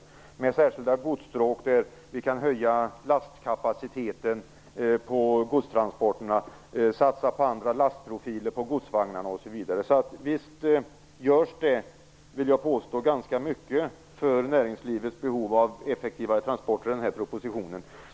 Det handlar om särskilda godsstråk där vi kan höja lastkapaciteten på godstransporterna, satsa på andra lastprofiler på godsvagnarna osv. Jag vill påstå att det görs ganska mycket för att tillgodose näringslivets behov av effektivare transporter i den här propositionen.